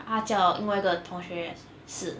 他叫另外一个同学也试